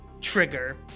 trigger